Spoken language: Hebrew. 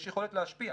יש יכולת להשפיע.